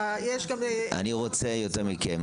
אני רוצה יותר מכם,